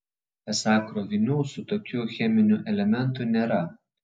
esą krovinių su tokiu cheminiu elementu nėra